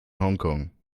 hongkong